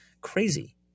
crazy